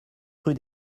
rue